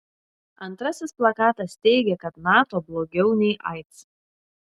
antrasis plakatas teigė kad nato blogiau nei aids